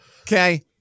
Okay